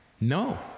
No